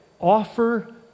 offer